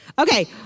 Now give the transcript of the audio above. Okay